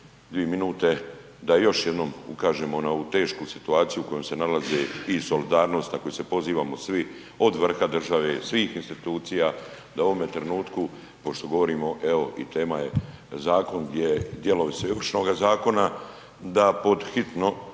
dvije minute da još jednom ukažem na ovu tešku situaciju u kojem se nalaze i solidarnost ako se pozivamo svi od vrha države, svih institucija da u ovome trenutku pošto govorimo evo i tema je zakon gdje dijelovi su i Ovršnoga zakona da pod hitno